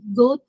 go